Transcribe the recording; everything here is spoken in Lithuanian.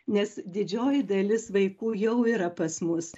nes didžioji dalis vaikų jau yra pas mus